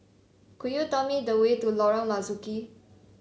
could you tell me the way to Lorong Marzuki